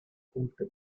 пункта